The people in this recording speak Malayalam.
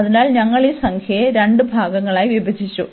അതിനാൽ ഞങ്ങൾ ഈ സംഖ്യയെ രണ്ട് ഭാഗങ്ങളായി വിഭജിച്ചു